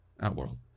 Outworld